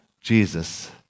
Jesus